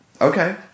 Okay